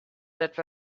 that